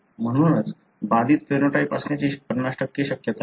म्हणूनच बाधित फेनोटाइप असण्याची 50 शक्यता आहे